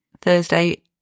Thursday